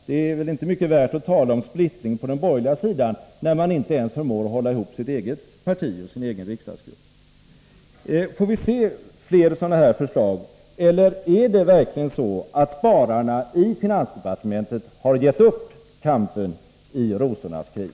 Det är väl inte mycket värt att tala om splittring på den borgerliga sidan när man inte ens förmår att hålla ihop sitt eget parti och sin egen riksdagsgrupp. Får vi se fler sådana förslag, eller har spararna i finansdepartementet gett upp kampen i rosornas krig?